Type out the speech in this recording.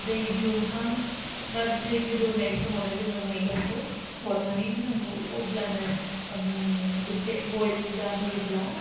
दै दुंहां बा दै गोदौनाय समावनो जोङो मैगंखौ हरनानै होनांगौ अब्लानो एसे बइल जाहोयोब्ला